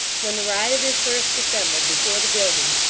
when the rioters first assembled before the building,